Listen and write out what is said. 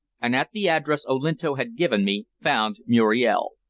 and at the address olinto had given me found muriel.